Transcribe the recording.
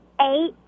Eight